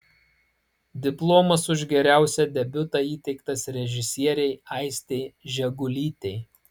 diplomas už geriausią debiutą įteiktas režisierei aistei žegulytei